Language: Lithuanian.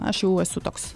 aš jau esu toks